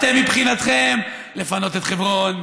אתם, מבחינתכם, לפנות את חברון,